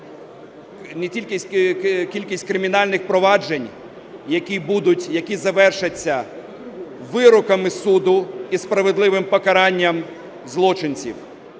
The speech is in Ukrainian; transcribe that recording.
не тільки кількість кримінальних проваджень, які будуть, які завершаться вироками суду і справедливим покаранням злочинців,